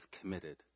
committed